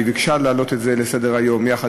והיא ביקשה להעלות את זה לסדר-היום יחד